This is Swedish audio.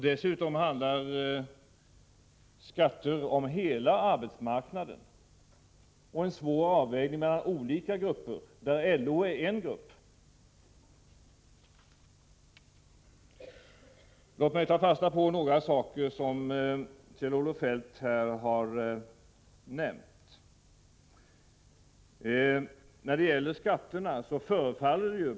Dessutom handlade det om skatterna på hela arbetsmarknaden och en svår avvägning mellan olika grupper, av vilka LO är en. Låt mig ta fasta på några saker som Kjell-Olof Feldt här har nämnt.